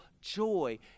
joy